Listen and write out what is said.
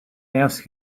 asked